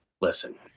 Listen